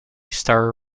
star